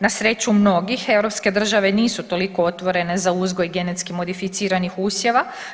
Na sreću mnogih europske države nisu toliko otvorene za uzgoj genetski modificiranih usjeva.